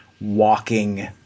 walking